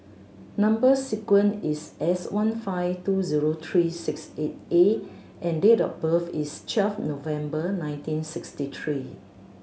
number sequence is S one five two zero three six eight A and date of birth is twelve November nineteen sixty three